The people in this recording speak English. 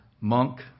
monk